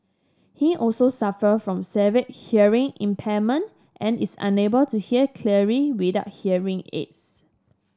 he also suffer from severe hearing impairment and is unable to hear clearly without hearing aids